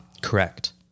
Correct